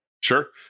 Sure